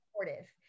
supportive